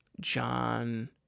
John